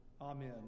Amen